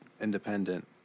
independent